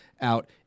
out